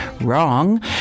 wrong